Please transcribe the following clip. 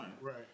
Right